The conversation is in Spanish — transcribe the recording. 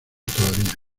todavía